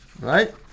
right